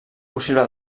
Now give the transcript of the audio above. possible